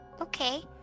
okay